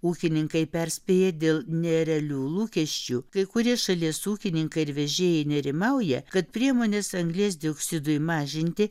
ūkininkai perspėja dėl nerealių lūkesčių kai kurie šalies ūkininkai ir vežėjai nerimauja kad priemonės anglies dioksidui mažinti